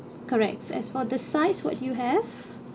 correct as for the sides what do you have